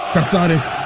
Casares